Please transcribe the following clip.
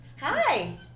hi